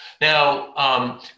now